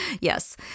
Yes